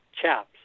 chaps